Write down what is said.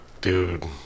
Dude